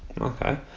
okay